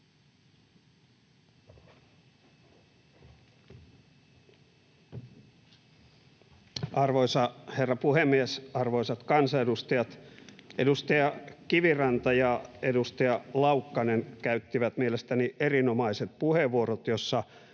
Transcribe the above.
Arvoisa herra puhemies! Arvoisat kansanedustajat! Edustaja Kiviranta ja edustaja Laukkanen käyttivät mielestäni erinomaiset puheenvuorot, joissa